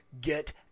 get